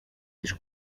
τις